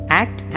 act